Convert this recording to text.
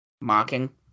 mocking